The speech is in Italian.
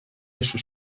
messo